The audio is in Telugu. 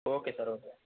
okay sir okay